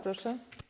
Proszę.